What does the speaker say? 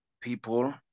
people